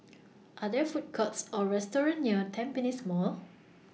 Are There Food Courts Or restaurants near Tampines Mall